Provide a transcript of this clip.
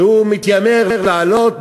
שמתיימר להעלות,